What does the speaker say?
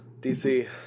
DC